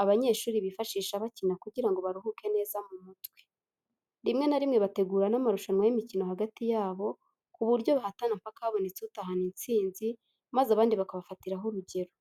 ,abanyeshuri bifashisha bacyina kujyira ngo baruhuke neza mu mutwe. Rimwe na rimwe bategura n'amarushanwa y'imicyino hagati yabo ku buryo bahatana mpaka habonetse utahana insinzi maze abandi bakabafatiraho urujyero.